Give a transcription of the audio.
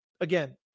again